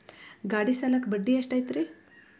ಗಾಡಿ ಸಾಲಕ್ಕ ಬಡ್ಡಿ ಎಷ್ಟೈತ್ರಿ?